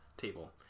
table